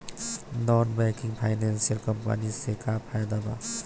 Non banking financial company से का फायदा बा?